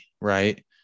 right